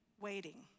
waiting